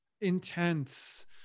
intense